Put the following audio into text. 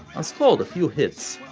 and scored a few hits,